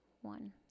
one